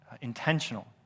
intentional